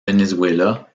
venezuela